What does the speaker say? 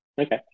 Okay